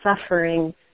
suffering